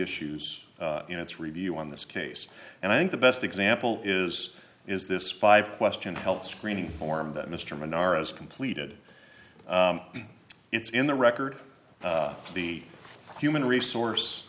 its review on this case and i think the best example is is this five question health screening form that mr menorahs completed it's in the record of the human resource